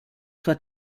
sua